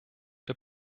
der